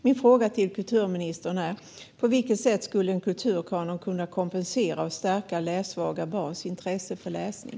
Min fråga till kulturministern är på vilket sätt en kulturkanon skulle kunna kompensera och stärka lässvaga barns intresse för läsning.